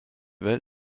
welt